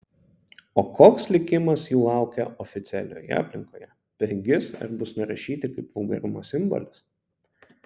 o koks likimas jų laukia oficialioje aplinkoje prigis ar bus nurašyti kaip vulgarumo simbolis